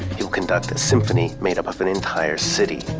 he'll conduct a symphony made up of an entire city.